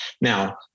Now